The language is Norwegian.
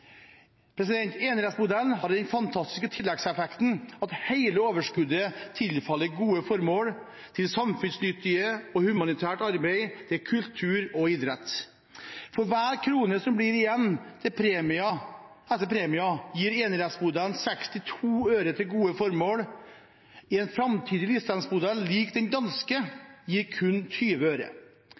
Hamar». Enerettsmodellen har den fantastiske tilleggseffekten at hele overskuddet tilfaller gode formål til samfunnsnyttig og humanitært arbeid, til kultur og idrett. For hver krone som blir igjen etter premier, gir enerettsmodellen 62 øre til gode formål. En framtidig lisensmodell lik den danske gir kun 20 øre.